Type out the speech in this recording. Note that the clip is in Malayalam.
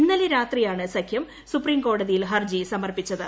ഇന്നലെ രാത്രിയാണ് സഖ്യം സുപ്രീംകോടതിയിൽപ്പ ഹർജി സമർപ്പിച്ചത്